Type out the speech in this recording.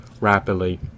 rapidly